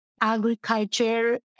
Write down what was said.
agriculture